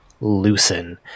loosen